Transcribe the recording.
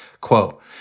Quote